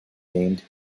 named